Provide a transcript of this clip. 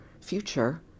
future